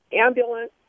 ambulance